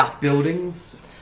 buildings